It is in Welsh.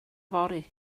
yfory